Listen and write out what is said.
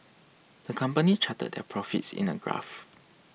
the company charted their profits in a graph